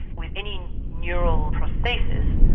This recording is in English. with any neural prosthesis,